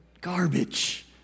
garbage